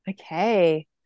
okay